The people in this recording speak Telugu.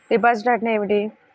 డిపాజిట్లు అంటే ఏమిటి?